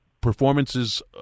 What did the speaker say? performances